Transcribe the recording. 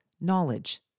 knowledge